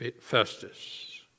Festus